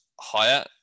higher